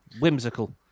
Whimsical